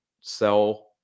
sell